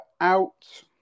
out